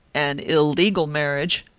an illegal marriage?